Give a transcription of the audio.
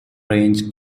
range